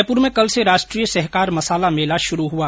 जयपुर में कल से राष्ट्रीय सहकार मसाला मेला शुरू हुआ